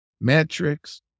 metrics